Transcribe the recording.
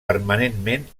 permanentment